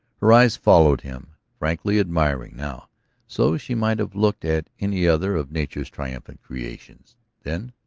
her eyes followed him, frankly admiring now so she might have looked at any other of nature's triumphant creations then,